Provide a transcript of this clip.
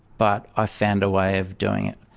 but i found a way of doing it.